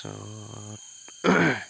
তাৰপাছত